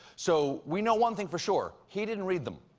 so we know one thing for sure he didn't read them.